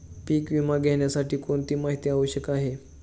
पीक विमा घेण्यासाठी कोणती माहिती आवश्यक आहे?